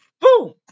Boom